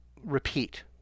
repeat